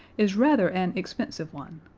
is rather an expensive one.